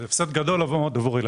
הפסד גדול עבור הילדים.